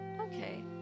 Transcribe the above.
Okay